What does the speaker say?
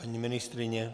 Paní ministryně?